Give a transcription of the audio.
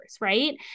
right